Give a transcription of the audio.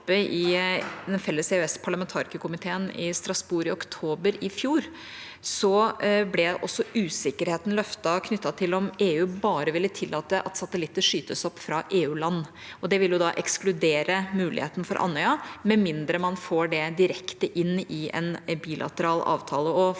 i den felles EØSparlamentarikerkomiteen i Strasbourg i oktober i fjor, ble usikkerheten løftet knyttet til om EU ville tillate at satellitter bare skytes opp fra EU-land. Det ville da ekskludere muligheten for Andøya med mindre man får det direkte inn i en bilateral avtale.